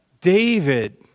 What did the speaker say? David